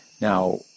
Now